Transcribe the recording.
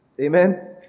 Amen